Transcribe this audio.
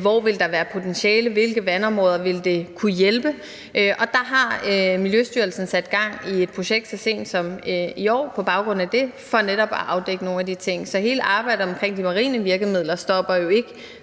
hvor der ville være potentiale, hvilke vandområder det ville kunne hjælpe. Og der har Miljøstyrelsen på baggrund af det sat gang i et projekt så sent som i år, altså for netop at afdække nogle af de ting. Så hele arbejdet omkring de marine virkemidler stopper jo ikke,